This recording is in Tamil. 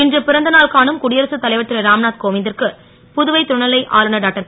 இன்று பிறந்தநாள் காணும் குடியரசுத் தலைவர் ருராம்நாத் கோவிந் ற்கு புதுவை துணை லை ஆளுனர் டாக்டர்